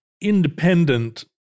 independent